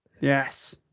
Yes